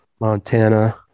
Montana